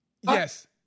Yes